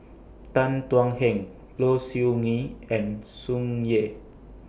Tan Thuan Heng Low Siew Nghee and Tsung Yeh